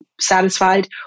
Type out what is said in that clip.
satisfied